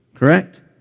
correct